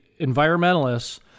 environmentalists